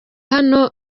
hano